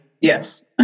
Yes